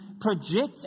project